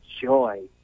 joy